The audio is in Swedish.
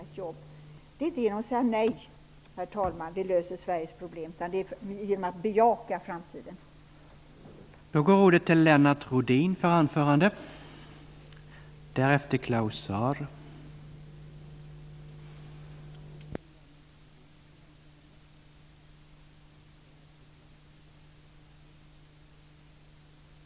Men, herr talman, det är inte genom att säga nej som vi löser Sveriges problem, utan det är genom att bejaka framtiden som vi löser problemen.